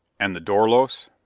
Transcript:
and the dorlos?